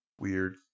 weird